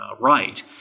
right